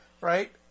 right